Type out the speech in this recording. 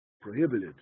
prohibited